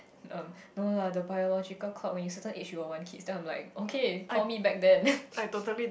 erm no la the biological clock when you certain age you will want kids then I'm like okay call me back then